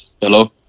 Hello